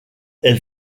elle